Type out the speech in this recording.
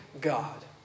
God